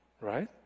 right